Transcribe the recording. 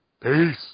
Peace